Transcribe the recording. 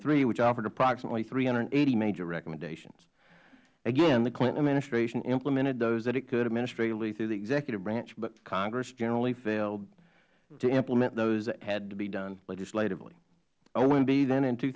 three which offered approximately three hundred and eighty major recommendations again the clinton administration implemented those that it could administratively in the executive branch but congress generally failed to implement those that had to be done legislatively omb then in two